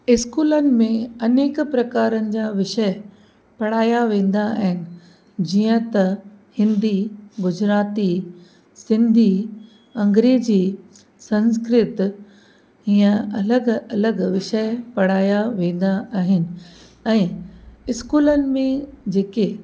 इस्कूलनि में अनेक प्रकारनि जा विषय पढ़ाया वेंदा आहिनि जीअं त हिंदी गुजराती सिंधी अंग्रेजी संस्कृत हीअं अलॻि अलॻि विषय पढ़ाया वेंदा आहिनि ऐं इस्कूलनि में जेके